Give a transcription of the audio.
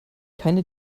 keine